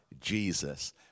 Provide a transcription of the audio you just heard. Jesus